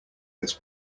this